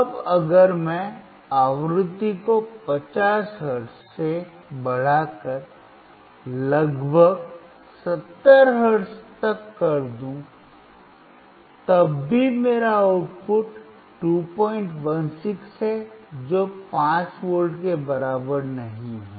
अब अगर मैं आवृत्ति को 50 हर्ट्ज से बढ़ाकर लगभग 70 हर्ट्ज तक कर दूं तब भी मेरा आउटपुट 216 है जो 5 V के बराबर नहीं है